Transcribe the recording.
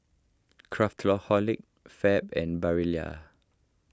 Craftholic Fab and Barilla